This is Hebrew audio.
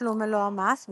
תשלום מלוא המס,